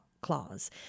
Clause